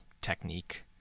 technique